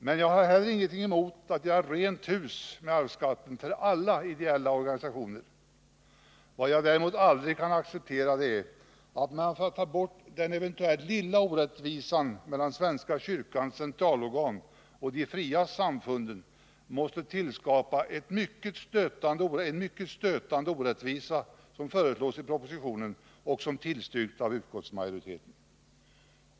Men jag har heller inget emot att man gör rent hus med arvsskatten för alla ideella organisationer. Vad jag däremot aldrig kan acceptera är att man för att ta bort den eventuella lilla orättvisan mellan svenska kyrkans centralorgan och de fria samfunden måste tillskapa den mycket stötande orättvisa som föreslås i propositionen och som tillstyrks av utskottsmajoriteten.